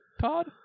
Todd